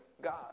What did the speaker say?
God